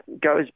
goes